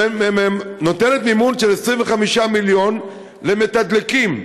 נותנת מימון של 25 מיליון למתדלקים.